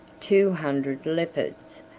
two hundred leopards,